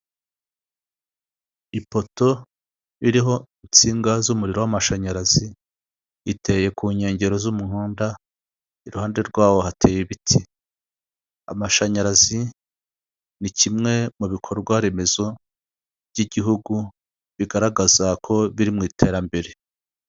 Ipoto iriho insinga z' umuriro w'amashanyarazi iteye ku nkengero z'umuhanda, iruhande rwaho hateye ibiti, amashanyarazi ni kimwe mu bikorwa remezo by'igihugu bigaragaza ko biri mu iterambere.